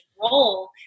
role